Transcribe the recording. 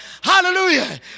Hallelujah